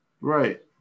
right